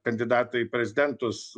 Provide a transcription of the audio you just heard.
kandidatą į prezidentus